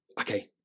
Okay